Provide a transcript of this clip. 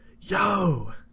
yo